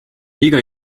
iga